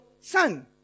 son